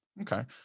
Okay